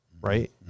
right